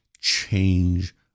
change